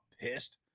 pissed